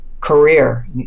career